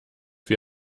wie